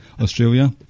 Australia